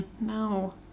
No